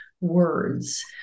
words